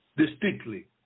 distinctly